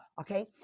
okay